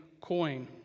coin